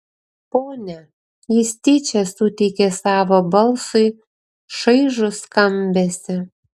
ponia jis tyčia suteikė savo balsui šaižų skambesį